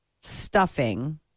stuffing